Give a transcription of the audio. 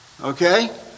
Okay